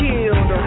Killed